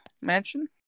mansion